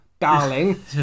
darling